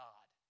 God